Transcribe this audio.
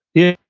yeah,